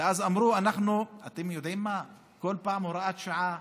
ואז אמרו, אתם יודעים מה, כל פעם הוראת שעה,